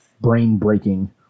brain-breaking